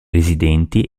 residenti